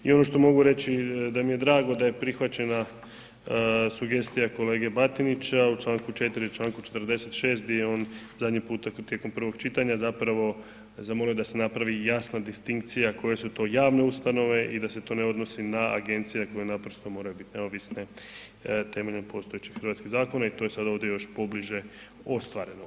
I ono što mogu reći da mi je drago da je prihvaćena sugestija kolege Batinića u Članku 4. i Članku 46. di je on zadnji puta tijekom prvog čitanja zapravo zamolio da se napravi jasna distinkcija koje su to javne ustanove i da se to ne odnosi na agencije koje naprosto moraju biti neovisne temeljem postojećih hrvatskih zakona i to je sad još ovdje pobliže ostvareno.